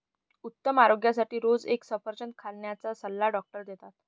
उत्तम आरोग्यासाठी रोज एक सफरचंद खाण्याचा सल्ला डॉक्टर देतात